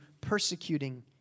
persecuting